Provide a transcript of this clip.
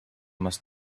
must